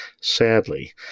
sadly